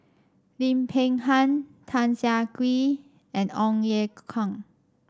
Lim Peng Han Tan Siah Kwee and Ong Ye Kung